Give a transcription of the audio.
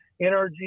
NRG